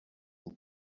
and